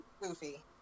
goofy